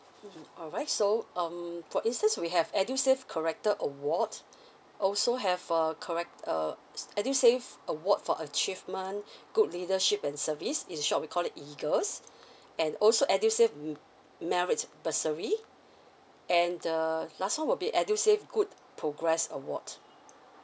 mmhmm alright so um for instance we have edusave collector awards also have err collect uh edusave award for achievement good leadership and service in short we call it E_A_G_L_E_S and also edusave mer~ merits bursary and the last one will be edusave good progress award